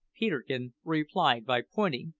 peterkin replied by pointing,